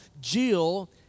Jill